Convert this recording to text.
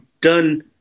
done